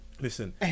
Listen